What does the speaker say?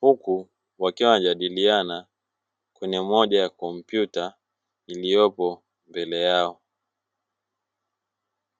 huku wakiwa wanajadiliana kwenye moja ya kompyuta iliyopo mbele yao.